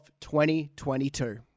2022